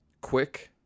quick